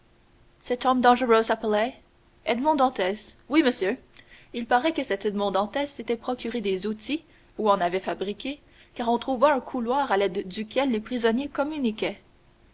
cet homme dangereux s'appelait edmond dantès oui monsieur il paraît que cet edmond dantès s'était procuré des outils ou en avait fabriqué car on trouva un couloir à l'aide duquel les prisonniers communiquaient